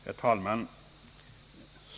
Herr talman!